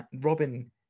Robin